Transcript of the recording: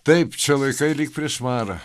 taip čia laikai lyg prieš marą